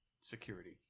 security